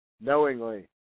knowingly